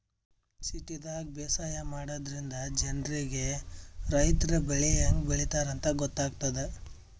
ಸಿಟಿದಾಗ್ ಬೇಸಾಯ ಮಾಡದ್ರಿನ್ದ ಜನ್ರಿಗ್ ರೈತರ್ ಬೆಳಿ ಹೆಂಗ್ ಬೆಳಿತಾರ್ ಅಂತ್ ಗೊತ್ತಾಗ್ತದ್